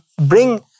bring